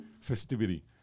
festivity